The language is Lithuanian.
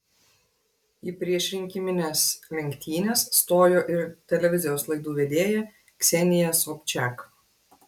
į priešrinkimines lenktynes stojo ir televizijos laidų vedėja ksenija sobčiak